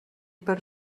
per